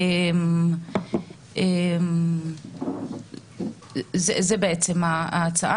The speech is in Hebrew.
זו ההצעה.